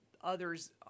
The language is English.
Others